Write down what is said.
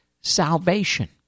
salvation